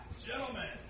Gentlemen